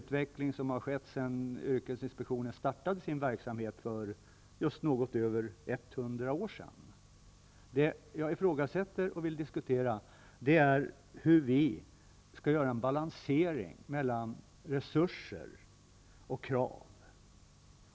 Sådana krav har ställts sedan yrkesinspektionen startade sin verksamhet för något mer än 100 år sedan. Vad jag ifrågasätter och vill diskutera är hur vi skall göra en balansering mellan resurser och krav.